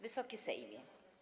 Wysoki Sejmie!